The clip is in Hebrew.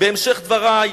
בהמשך דברי,